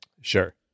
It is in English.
Sure